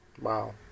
Wow